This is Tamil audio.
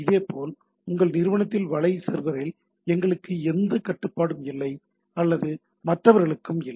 இதேபோல் உங்கள் நிறுவனத்தில் வலை சர்வரில் எங்களுக்கு எந்த கட்டுப்பாடும் இல்லை அல்லது மற்றவர்களும் இல்லை